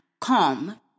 Calm